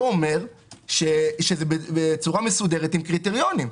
אומר שזה בצורה מסודרת עם קריטריונים.